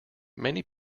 many